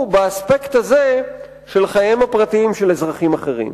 באספקט הזה של חייהם הפרטיים של אזרחים אחרים.